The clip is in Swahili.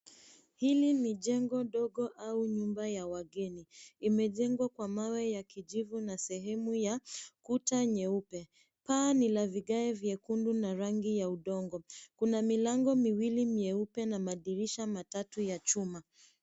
Hili ni jengo dogo au nyumba ya wageni. Imejengwa kwa mawe ya kijivu na sehemu ya kuta nyeupe. Paa ni la vigae vyekundu na rangi ya udongo. Kuna milango miwili mieupe na madirisha matatu ya chuma.